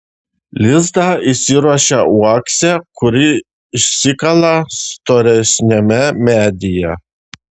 lizdą įsiruošia uokse kurį išsikala storesniame medyje